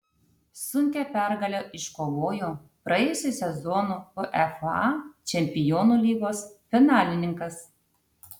sunkią pergalę iškovojo praėjusio sezono uefa čempionų lygos finalininkas